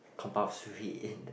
compulsory in